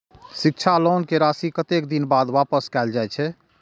शिक्षा लोन के राशी कतेक दिन बाद वापस कायल जाय छै?